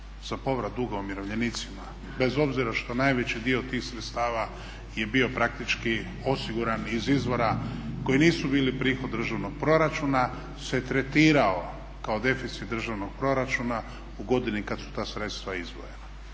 za povrat duga umirovljenicima, bez obzira što najveći dio tih sredstava je bio praktički osiguran iz izvora koji nisu bili prihod državnog proračuna se tretirao kao deficit državnog proračuna u godini kad su ta sredstva izdvojena.